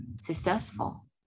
successful